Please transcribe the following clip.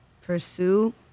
pursue